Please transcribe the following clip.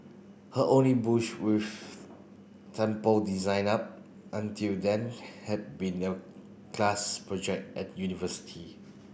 her only bush with temple design up until then had been class project at university